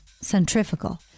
Centrifugal